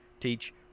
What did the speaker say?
teach